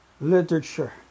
literature